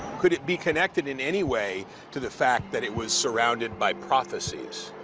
could it be connected in any way to the fact that it was surrounded by prophecies?